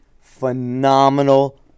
phenomenal